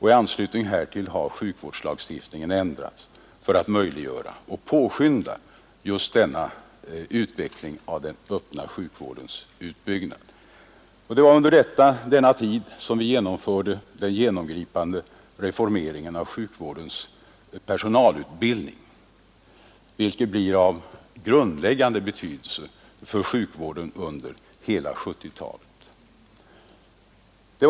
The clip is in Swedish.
I anslutning härtill har sjukvårdslagstiftningen ändrats för att möjliggöra och påskynda just den öppna vårdens Det var under denna tid vi genomförde den genomgripande reformeringen av sjukvårdens personalutbildning, vilken blir av grundläggande betydelse för sjukvården under hela 1970-talet.